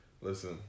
listen